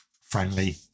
friendly